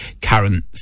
Karen